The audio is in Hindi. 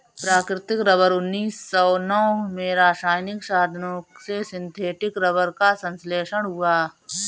प्राकृतिक रबर उन्नीस सौ नौ में रासायनिक साधनों से सिंथेटिक रबर का संश्लेषण हुआ